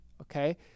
okay